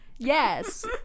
yes